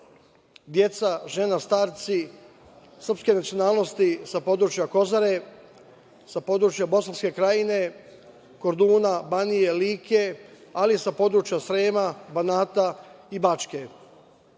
deca, žene, starci srpske nacionalnosti sa područja Kozare, sa područja Bosanske Krajine, Korduna, Banije, Like, ali i sa područja Srema, Banata i Bačke.